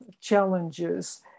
challenges